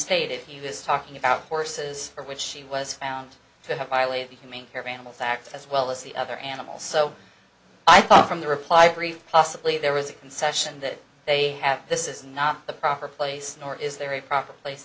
stated he was talking about horses for which she was found to have violated you can mean every animal facts as well as the other animals so i thought from the reply brief possibly there was a concession that they have this is not the proper place nor is there a proper place